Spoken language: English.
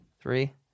Three